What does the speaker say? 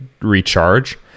recharge